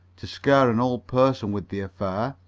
to scare an old person with the affair.